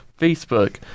Facebook